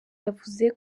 yavuze